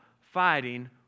fighting